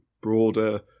broader